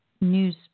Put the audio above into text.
news